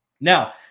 Now